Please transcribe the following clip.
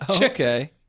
Okay